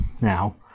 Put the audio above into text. now